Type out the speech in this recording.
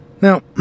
now